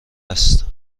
است